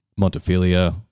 Montefilia